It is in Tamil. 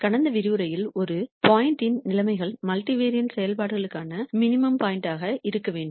கடந்த விரிவுரையில் ஒரு பாயிண்ட் யின் நிலைமைகள் மல்டிவேரியேட் செயல்பாடுகளுக்கான மினிமம் பாயிண்ட் ஆக இருக்க வேண்டும்